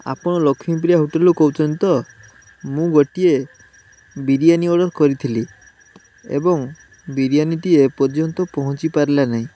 ଆପଣ ଲକ୍ଷ୍ମୀପ୍ରିୟା ହୋଟେଲରୁ କହୁଛନ୍ତି ତ ମୁଁ ଗୋଟିଏ ବିରିୟାନୀ ଅର୍ଡ଼ର କରିଥିଲି ଏବଂ ବିରିୟାନୀଟି ଏ ପର୍ଯ୍ୟନ୍ତ ପହଞ୍ଚି ପାରିଲାନି